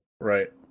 right